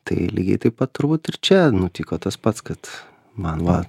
tai lygiai taip pat turbūt ir čia nutiko tas pats kad man va